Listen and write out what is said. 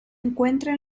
encuentra